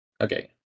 Okay